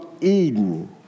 Eden